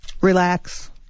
relax